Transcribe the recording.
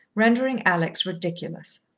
rendering alex ridiculous.